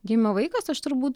gimė vaikas aš turbūt